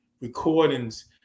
recordings